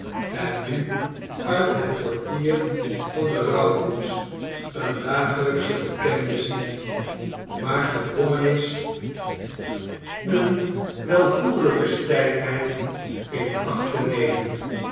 en nu uit het portier van de rouwkoets een dagelijkschen bekende ziet maar gedwongen is eene welvoenelly gelijke stijfheid in acht te nemen